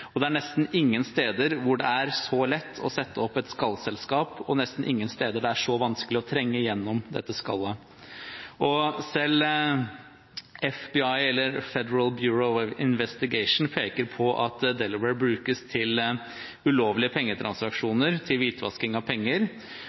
er nesten ingen steder hvor det er så lett å sette opp et skallselskap, og nesten ingen steder det er så vanskelig å trenge gjennom dette skallet. Selv FBI, Federal Bureau of Investigation, peker på at Delaware brukes til ulovlige pengetransaksjoner, til hvitvasking av penger,